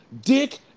dick